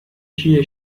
کیه